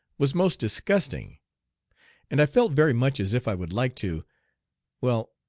was most disgusting and i felt very much as if i would like to well,